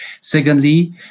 Secondly